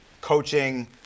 coaching